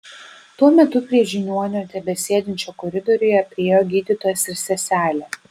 tuo metu prie žiniuonio tebesėdinčio koridoriuje priėjo gydytojas ir seselė